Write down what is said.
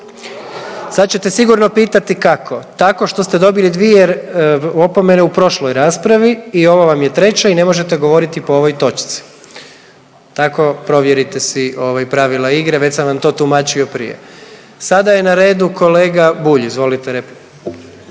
Sad ćete sigurno pitati kako. Tako što ste dobili dvije opomene u prošloj raspravi i ovo vam je treća i ne možete govoriti po ovoj točci. Tako, provjerite si ovaj pravila igre, već sam to tumačio prije. Sada je na redu kolega Bulj, izvolite repliku.